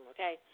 Okay